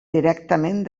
directament